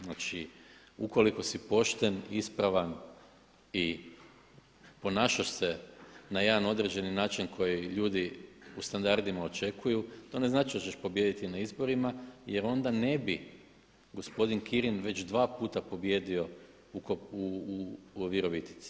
Znači, ukoliko si pošten, ispravan i ponašaš se na jedan određeni način koji ljudi u standardima očekuju to ne znači da ćeš pobijediti na izborima, jer onda ne bi gospodin Kirin već dva puta pobijedio u Virovitici.